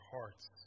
hearts